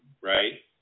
right